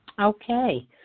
Okay